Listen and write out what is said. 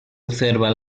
observa